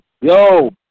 Yo